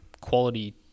quality